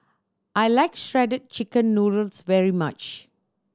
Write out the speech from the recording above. I like Shredded Chicken Noodles very much